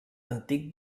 antic